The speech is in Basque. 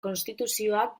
konstituzioak